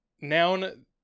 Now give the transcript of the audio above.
noun